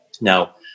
Now